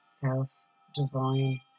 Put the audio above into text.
self-divine